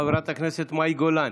חברת הכנסת מאי גולן.